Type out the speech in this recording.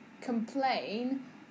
complain